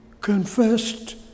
confessed